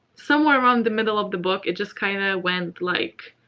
somewhere around the middle of the book, it just kind and of went like.